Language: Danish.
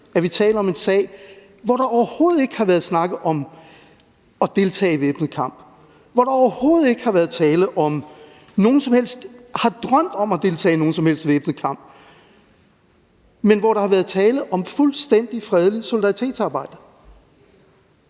at vi taler om en sag, hvor der overhovedet ikke har været snak om at deltage i væbnet kamp, hvor der overhovedet ikke har været tale om, at nogen som helst har drømt om at deltage i nogen som helst væbnet kamp, men hvor der har været tale om fuldstændig fredeligt solidaritetsarbejde.